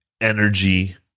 energy